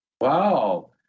Wow